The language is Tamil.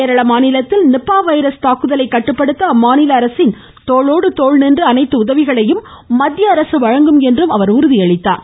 கேரள மாநிலத்தில் நிபா வைரஸ் தாக்குதலைக் கட்டுப்படுத்த அம்மாநில அரசின் தோளோடு தோள் நின்று அனைத்து உதவிகளையும் மத்திய அரசு வழங்கும் என்று உறுதியளித்தார்